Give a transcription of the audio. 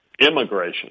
immigration